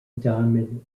diamond